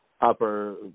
upper